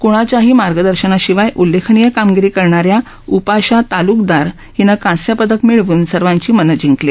कोणाच्याही मार्गदर्शनाशिवाय उल्लेखनीय कामगिरी करणाऱ्या उपाशा तालुकदार हिनं कांस्य पदक मिळवून सर्वांची मनं जिंकली